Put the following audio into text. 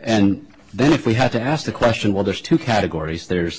and then if we had to ask the question well there's two categories there's